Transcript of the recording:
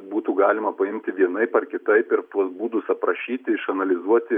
būtų galima paimti vienaip ar kitaip ir tuos būdus aprašyti išanalizuoti